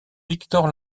victor